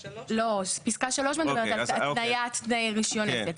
לא, פסקה (3) מדברת על התניית תנאי רישיון עסק.